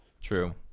true